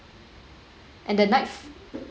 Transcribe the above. and the night